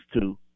two